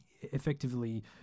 effectively